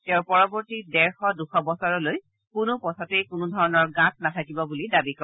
তেওঁ পৰৱৰ্তী ডেৰশ দুশ বছৰলৈ কোনো পথতে কোনোধৰণৰ গাঁত নাথাকিব বুলি দাবী কৰে